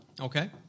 Okay